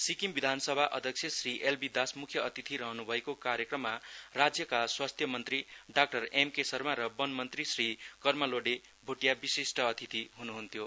सिक्किम विधानसभा अध्यक्ष Shri L B Das मुख्य अतिथि रहनु भएको कार्यक्रममा राज्यका स्वास्थ्य मन्त्री डाक्टर एम के शर्मा र बन मन्त्री श्री कर्मालोडे भोटिया विशिष्ट अतिथि हुनुहुन्थ्यो